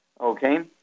Okay